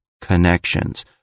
connections